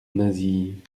nasie